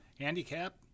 Handicap